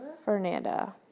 Fernanda